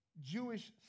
Jewish